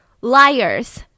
liars